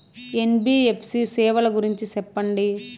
NBFC సేవల గురించి సెప్పండి?